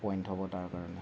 point হ'ব তাৰ কাৰণে